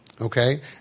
okay